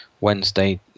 Wednesday